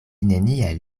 neniel